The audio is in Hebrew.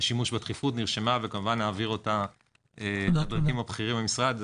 השימוש בדחיפות נרשמה וכמובן נעביר אותה לבכירים במשרד,